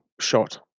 shot